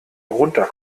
runter